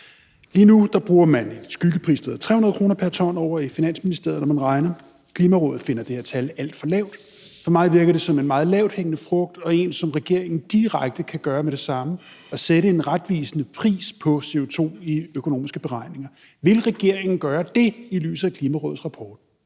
Lige nu bruger man en skyggepris, der hedder 300 kr. pr. ton, ovre i Finansministeriet, når man regner. Klimarådet finder det her tal alt for lavt. For mig virker det som en meget lavthængende frugt – og noget, som regeringen direkte kan gøre med det samme – at sætte en retvisende pris på CO2 i økonomiske beregninger. Vil regeringen gøre det i lyset af Klimarådets rapport?